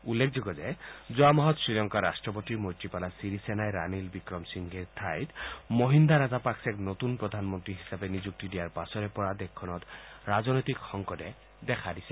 উল্লেখযোগ্য যে যোৱা মাহত শ্ৰীলংকাৰ ৰাট্টপতি মৈত্ৰীপালা ছিৰিছেনাই ৰাণীল বিক্ৰম সিংঘেৰ ঠাইত মহিন্দা ৰাজাপাকছেক নতূন প্ৰধানমন্ত্ৰী হিচাপে নিযুক্তি দিয়াৰ পাছৰে পৰা দেশখনত ৰাজনৈতিক সংকটে দেখা দিছে